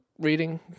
reading